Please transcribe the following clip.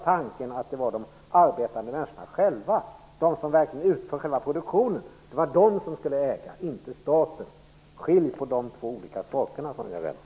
Tanken var att de arbetande människorna själva, de som verkligen utför produktionen, skulle äga, inte staten. Skilj på de två olika sakerna, Sonja Rembo.